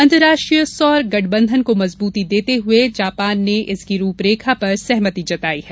अंतर्राष्ट्रीय सौर गठबंधन को मजबूती देते हुए जापान ने इसकी रूपरेखा पर सहमति जताई है